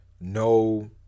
No